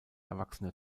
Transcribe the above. erwachsene